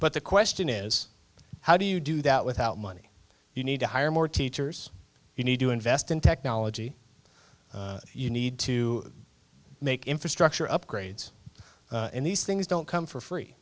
but the question is how do you do that without money you need to hire more teachers you need to invest in technology you need to make infrastructure upgrades and these things don't come for free